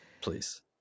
please